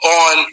on